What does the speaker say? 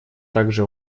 также